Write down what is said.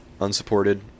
unsupported